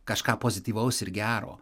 kažką pozityvaus ir gero